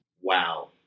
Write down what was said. Wow